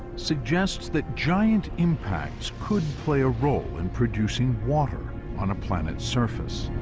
suggests that giant impacts could play a role in producing water on a planet's surface.